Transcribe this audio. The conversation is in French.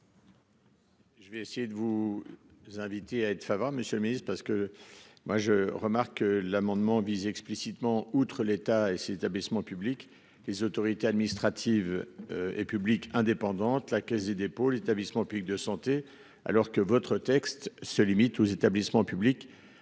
Je vais essayer de vous. Inviter à être favorable, Monsieur le Ministre, parce que moi je remarque que l'amendement vise explicitement outre l'État et si l'établissement public. Les autorités administratives et publiques indépendante la Caisse des dépôts, l'établissement public de santé alors que votre texte se limite aux établissements publics